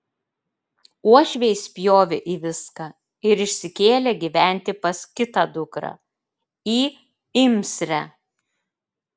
uošviai spjovė į viską ir išsikėlė gyventi pas kitą dukrą į imsrę